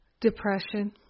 depression